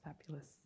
fabulous